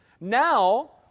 Now